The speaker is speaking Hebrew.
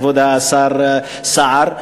כבוד השר סער,